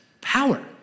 power